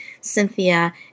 cynthia